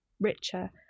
richer